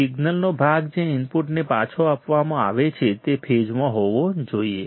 સિગ્નલનો ભાગ જે ઇનપુટને પાછો આપવામાં આવે છે તે ફેઝમાં હોવો જોઈએ